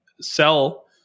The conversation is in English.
sell